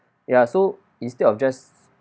ya so instead of just